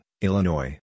Illinois